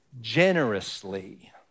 generously